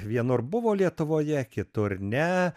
vienur buvo lietuvoje kitur ne